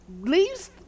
leaves